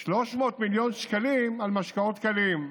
300 מיליון שקלים על משקאות קלים,